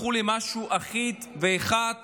הפכו למשהו אחיד ואחד